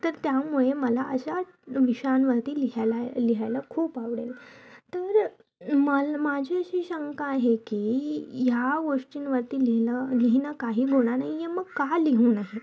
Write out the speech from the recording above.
तर त्यामुळे मला अश्या विषयांवरती लिहायला लिहायला खूप आवडेल तर मला माझी अशी शंका आहे की ह्या गोष्टींवरती लिहिणं लिहिणं काही गुन्हा नाही आहे मग का लिहू नाही